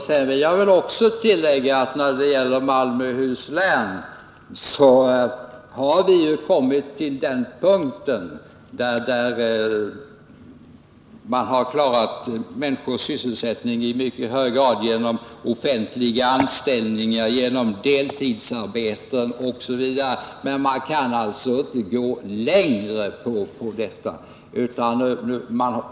Jag vill också tillägga att i Malmöhus län har man klarat människors sysselsättning i mycket hög grad genom offentliga anställningar, genom vets framtid deltidsarbeten osv., men nu har man kommit till en punkt där man inte kan gå längre på dessa vägar.